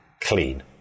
clean